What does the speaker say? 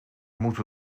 moeten